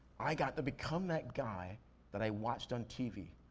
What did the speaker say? i got to become that guy that i watched on tv.